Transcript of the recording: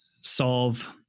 solve